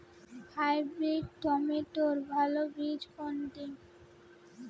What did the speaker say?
Hybrid টমেটোর ভালো বীজ কোনটি?